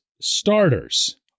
starters